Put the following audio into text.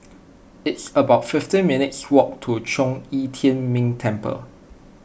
it's about fifty minutes' walk to Zhong Yi Tian Ming Temple